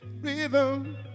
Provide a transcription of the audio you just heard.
rhythm